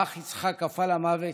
האח יצחק קפא למוות,